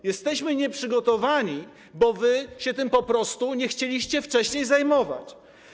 A jesteśmy nieprzygotowani, bo wy się tym po prostu nie chcieliście wcześniej zajmować.